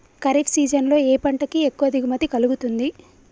Kharif season లో ఏ పంట కి ఎక్కువ దిగుమతి కలుగుతుంది?